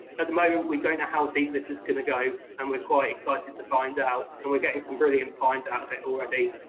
at the moment, we don't know how deep this is gonna go, and we're quite excited to find out. and we're getting some brilliant finds out of it already.